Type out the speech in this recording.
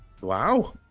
wow